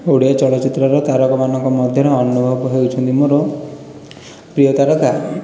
ଓଡ଼ିଆ ଚଳଚ୍ଚିତ୍ରର ତାରକାମାନଙ୍କ ମଧ୍ୟରେ ଅନୁଭବ ହେଉଛନ୍ତି ମୋର ପ୍ରିୟ ତାରକା